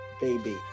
baby